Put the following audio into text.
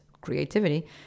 creativity